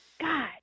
God